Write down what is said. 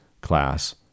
class